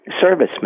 servicemen